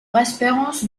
espérance